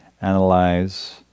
analyze